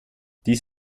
dies